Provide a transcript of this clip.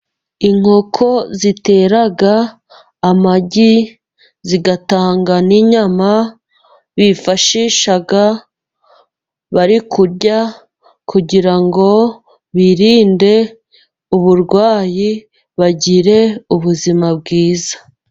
Inkoko zitera amagi, zigatanga n'inyama bifashisha bari kurya， kugira ngo birinde uburwayi， bagire ubuzima bwiza.